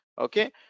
Okay